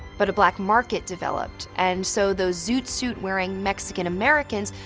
but a black market developed, and so those zoot suit-wearing mexican americans,